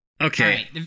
Okay